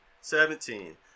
seventeen